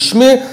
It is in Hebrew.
רשמי,